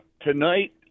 tonight